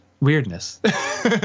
weirdness